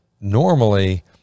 normally